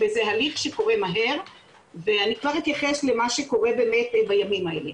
זה הליך שקורה מהר ואני כבר אתייחס למה שקורה בימים האלה.